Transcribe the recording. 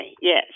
Yes